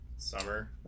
summer